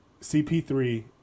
CP3